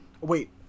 Wait